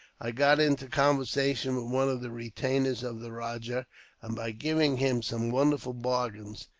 i got into conversation with one of the retainers of the rajah and by giving him some wonderful bargains,